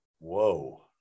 whoa